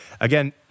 again